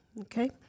Okay